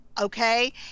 okay